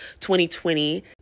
2020